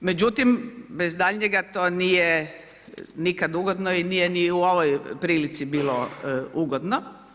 Međutim, bez daljnjega, to nije nikad ugodno i nije ni u ovoj prilici bilo ugodno.